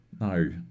No